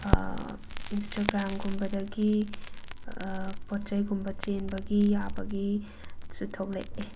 ꯏꯟꯁꯇꯒ꯭ꯔꯥꯝꯒꯨꯝꯕꯗꯒꯤ ꯄꯣꯠꯆꯩꯒꯨꯝꯕ ꯆꯦꯟꯕꯒꯤ ꯌꯥꯕꯒꯤ ꯁꯨ ꯊꯣꯛꯂꯛꯑꯦ